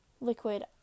liquid